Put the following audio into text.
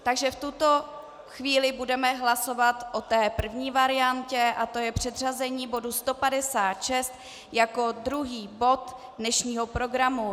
Takže v tuto chvíli budeme hlasovat o té první variantě a to je předřazení bodu 156 jako druhý bod dnešního programu.